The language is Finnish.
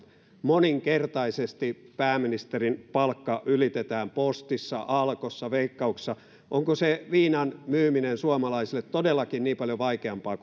moninkertaisesti pääministerin palkka ylitetään postissa alkossa veikkauksessa onko se viinan myyminen suomalaisille todellakin niin paljon vaikeampaa